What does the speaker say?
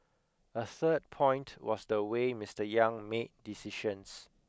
a third point was the way Mister Yang made decisions